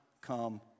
come